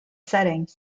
setting